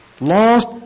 Lost